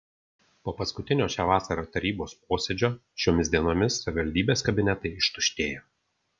po paskutinio šią vasarą tarybos posėdžio šiomis dienomis savivaldybės kabinetai ištuštėjo